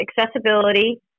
accessibility